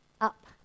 up